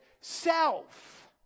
self